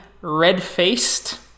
red-faced